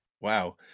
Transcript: wow